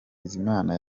bizimana